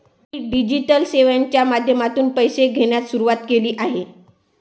मी digital सेवांच्या माध्यमातून पैसे घेण्यास सुरुवात केली आहे